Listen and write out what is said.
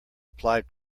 applied